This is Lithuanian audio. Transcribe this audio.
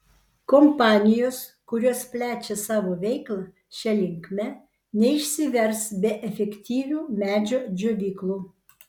kompanijos kurios plečia savo veiklą šia linkme neišsivers be efektyvių medžio džiovyklų